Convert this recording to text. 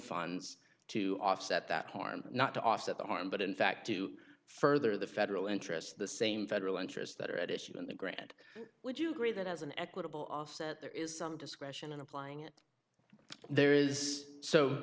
funds to offset that harm not to offset the harm but in fact to further the federal interest the same federal interest that are at issue in the grant would you agree that as an equitable offset there is some discretion in applying it there is so